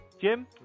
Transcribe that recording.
Jim